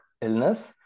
illness